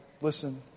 Listen